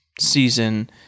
season